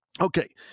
okay